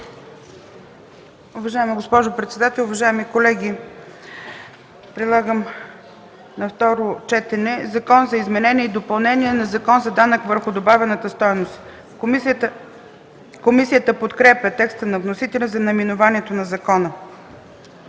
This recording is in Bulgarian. Уважаема госпожо председател, уважаеми колеги! Предлагам на второ четене: „Закон за изменение и допълнение на Закона за данък върху добавената стойност”. Комисията подкрепя текста на вносителя за наименованието на закона.